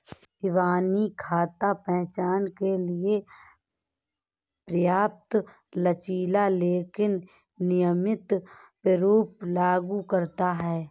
इबानी खाता पहचान के लिए पर्याप्त लचीला लेकिन नियमित प्रारूप लागू करता है